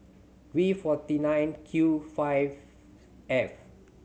V forty nine Q five F